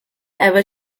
ever